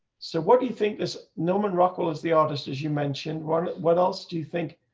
so what do you think this norman rockwell is the artist, as you mentioned, what, what else do you think,